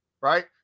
right